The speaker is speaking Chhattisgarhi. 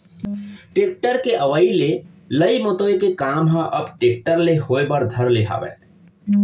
टेक्टर के अवई ले लई मतोय के काम ह अब टेक्टर ले होय बर धर ले हावय